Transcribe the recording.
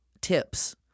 tips